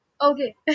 Okay